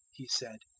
he said.